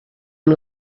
amb